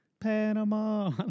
Panama